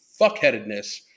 fuckheadedness